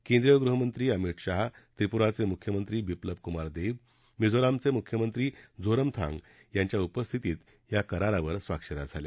केंद्रीय गृहमंत्री अमित शहा त्रिपुराचे मुख्यमंत्री बिप्लब कुमार देब मिझोरामचे मुख्यमंत्री झोरमथांग यांच्या उपस्थितीत या करारावर स्वाक्ष या झाल्या